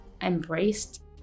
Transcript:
embraced